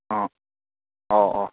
ꯑꯥ ꯑꯣ ꯑꯣ